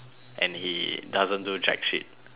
and he doesn't do jack shit